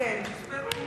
אני חושב שהחוק הוא